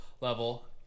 level